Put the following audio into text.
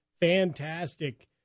fantastic